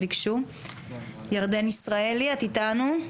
ירדן ישראלי, את איתנו?